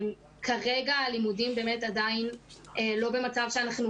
כרגע הלימודים באמת עדיין לא במצב שאנחנו